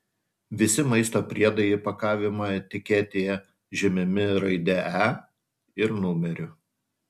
visi maisto priedai įpakavimo etiketėje žymimi raide e ir numeriu